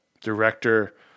director